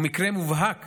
הוא מקרה מובהק